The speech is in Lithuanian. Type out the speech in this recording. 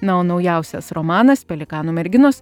na o naujausias romanas pelikanų merginos